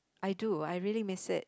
I do I really miss it